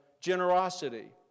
generosity